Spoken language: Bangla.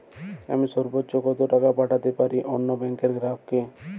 আমি সর্বোচ্চ কতো টাকা পাঠাতে পারি অন্য ব্যাংকের গ্রাহক কে?